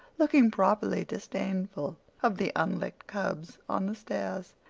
looking properly disdainful of the unlicked cubs on the stairs.